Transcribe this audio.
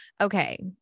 Okay